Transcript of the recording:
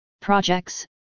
projects